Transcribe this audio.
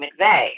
McVeigh